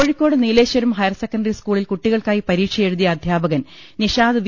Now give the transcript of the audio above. Kozhikode Nileshwaram higher secondary സ്കൂളിൽ കുട്ടി കൾക്കായി പരീക്ഷയെഴുതിയ അധ്യാപകൻ നിഷാദ് വി